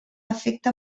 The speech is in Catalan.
afecta